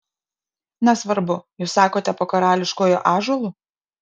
nesvarbu jūs sakote po karališkuoju ąžuolu